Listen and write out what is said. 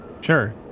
Sure